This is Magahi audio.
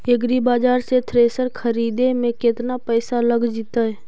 एग्रिबाजार से थ्रेसर खरिदे में केतना पैसा लग जितै?